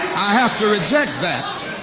i have to reject that.